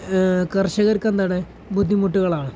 കർഷകർക്കെന്താണ് ബുദ്ധിമുട്ടുകളാണ്